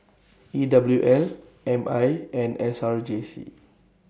E W L M I and S R J C